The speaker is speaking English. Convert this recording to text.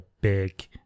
big